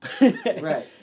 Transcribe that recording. Right